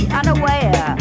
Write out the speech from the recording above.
unaware